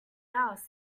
house